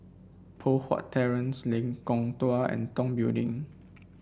Poh Huat Terrace Lengkong Dua and Tong Building